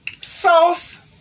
sauce